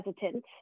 hesitant